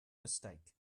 mistake